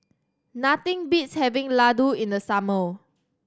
nothing beats having laddu in the summer